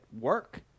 work